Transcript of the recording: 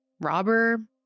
robber